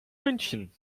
münchen